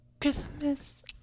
Christmas